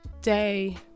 day